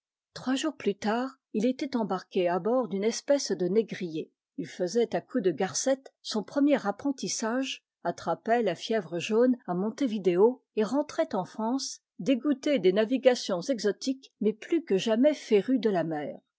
trois jours plus tard il était embarqué à bord d'une espèce de négrier il faisait à coups de garcette son premier apprentissage attrapait la fièvre jaune à montevideo et rentrait en france dégoûté des navigations exotiques mais plus que jamais féru de la mer